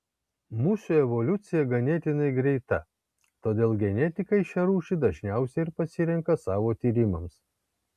musių evoliucija ganėtinai greita todėl genetikai šią rūšį dažniausiai ir pasirenka savo tyrimams